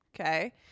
Okay